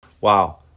Wow